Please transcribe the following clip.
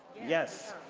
yes?